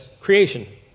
creation